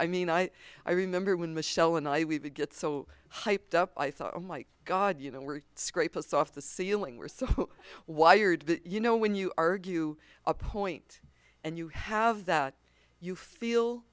i mean i i remember when michelle and i we get so hyped up i thought oh my god you know we're scrape us off the ceiling we're so wired you know when you argue a point and you have that you feel